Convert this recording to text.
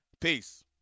peace